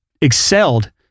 excelled